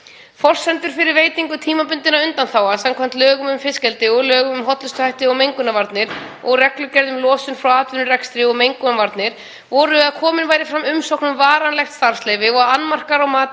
Forsendur fyrir veitingu tímabundinna undanþága, samkvæmt lögum um fiskeldi og lögum um hollustuhætti og mengunarvarnir og reglugerð um losun frá atvinnurekstri og mengunarvarnaeftirlit, voru að komin væri fram umsögn um varanlegt starfsleyfi og annmarkar á mati